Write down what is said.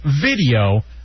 video